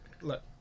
look